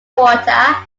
water